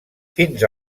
fins